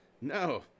No